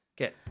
Okay